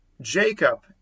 Jacob